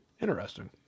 Interesting